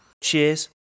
Cheers